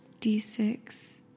D6